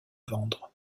vendre